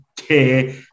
care